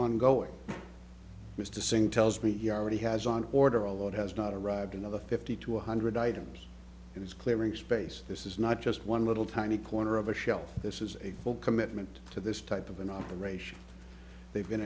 ongoing has to sing tells me he already has an order a lot has not arrived another fifty to one hundred items in his clearing space this is not just one little tiny corner of a shelf this is a full commitment to this type of an operation they've been